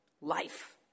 Life